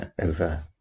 over